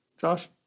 josh